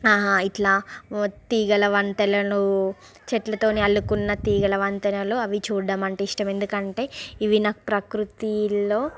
ఆ హైట్ల తీగల వంతెనలు చెట్లతో అల్లుకున్న తీగల వంతెనలు అవి చూడడం అంటే ఇష్టం ఎందుకంటే ఇవి నాకు ప్రకృతిలో